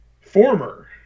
former